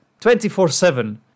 24-7